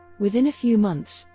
within a few months,